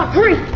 um hurry!